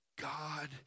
God